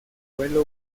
vuelo